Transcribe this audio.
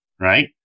Right